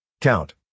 count